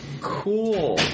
Cool